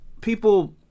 People